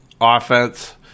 offense